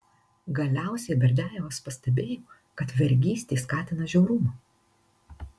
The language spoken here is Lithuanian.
galiausiai berdiajevas pastebėjo kad vergystė skatina žiaurumą